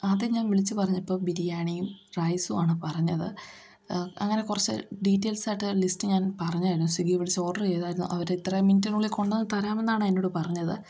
ആദ്യം ഞാൻ വിളിച്ചു പറഞ്ഞപ്പോൾ ബിരിയാണിയും റൈസുമാണ് പറഞ്ഞത് അങ്ങനെ കുറച്ച് ഡീറ്റെയിൽഡായിട്ട് ലിസ്റ്റ് ഞാൻ പറഞ്ഞായിരുന്നു സ്വിഗ്ഗിയിൽ വിളിച്ച് ഓർഡർ ചെയ്തായിരുന്നു അവർ ഇത്രയും മിനിറ്റിനുള്ളിൽ കൊണ്ടുവന്നു തരാമെന്നാണ് എന്നോടു പറഞ്ഞത്